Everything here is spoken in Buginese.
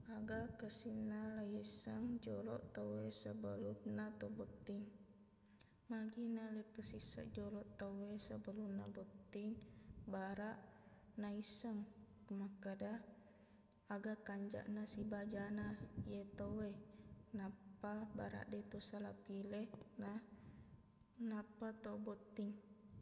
Aga kessinna lei isseng joloq tauwe sebelumna tobotting magina leipasisseng joloq tauwe sebelumna botting baraq naisseng makkada aga kanjaqna sibajana iye tauwe nappa baraq deq tosala pile na- nappa tobotting